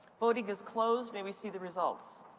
voting is closed. may we see the results?